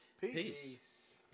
peace